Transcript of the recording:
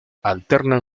alternan